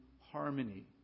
harmony